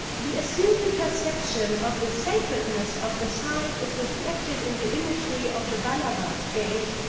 the assyrian perception of the sacredness of the site is reflected in the imagery of the balawat gate,